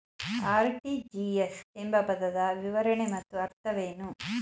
RTGS ಎಂಬ ಪದದ ವಿವರಣೆ ಮತ್ತು ಅರ್ಥವೇನು?